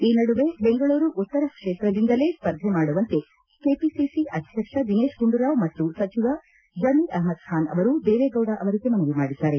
ಈ ನಡುವೆ ಬೆಂಗಳೂರು ಉತ್ತರ ಕ್ಷೇತ್ರದಿಂದಲೇ ಸ್ವರ್ಧೆ ಮಾಡುವಂತೆ ಕೆಪಿಸಿಸಿ ಅಧ್ಯಕ್ಷ ದಿನೇತ್ಗೂಂಡುರಾವ್ ಮತ್ತು ಸಚಿವ ಜಮೀರ್ ಅಹಮದ್ ಖಾನ್ ಅವರು ದೇವೇಗೌಡ ಅವರಿಗೆ ಮನವಿ ಮಾಡಿದ್ದಾರೆ